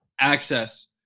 access